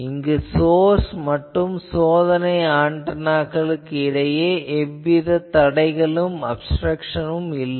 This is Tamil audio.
இங்கு சோர்ஸ் மற்றும் சோதனை ஆன்டெனாக்களுக்கு இடையே எவ்வித தடைகளும் இல்லை